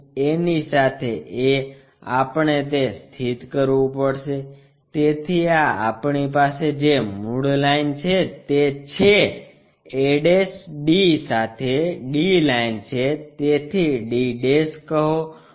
a ની સાથે a આપણે તે સ્થિત કરવું પડશે તેથી આ આપણી પાસે જે મૂળ લાઈન છે તે છે a d સાથે d લાઇન છે તેને d કહો